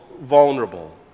vulnerable